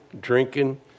drinking